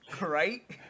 Right